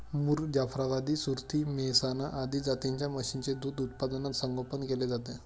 मुर, जाफराबादी, सुरती, मेहसाणा आदी जातींच्या म्हशींचे दूध उत्पादनात संगोपन केले जाते